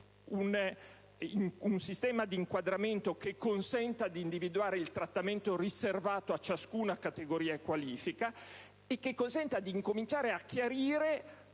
un sistema di inquadramento che consenta di individuare il trattamento riservato a ciascuna categoria e qualifica; questo consentirà di chiarire